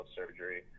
surgery